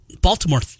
Baltimore